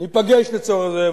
שניפגש לצורך זה,